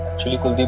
shikha,